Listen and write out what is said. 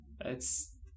It's-